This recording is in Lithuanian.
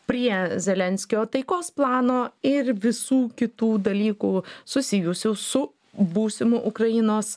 prie zelenskio taikos plano ir visų kitų dalykų susijusių su būsimu ukrainos